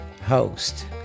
host